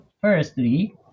Firstly